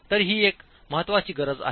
तर ही एक महत्वाची गरज आहे